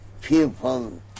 People